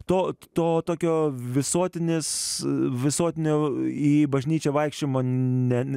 to to tokio visuotinės visuotinio į bažnyčią vaikščiojimo ne